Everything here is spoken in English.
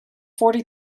forty